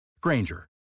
Granger